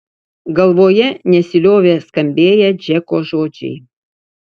galvoje nesiliovė skambėję džeko žodžiai